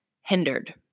hindered